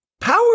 power